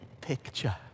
picture